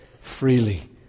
freely